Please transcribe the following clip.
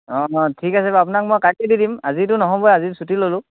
অঁ অঁ ঠিক আছে বাৰু আপোনাক মই কাইলৈয়ে দি দিম আজিতো নহ'বই আজি ছুটি ল'লোঁ